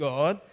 God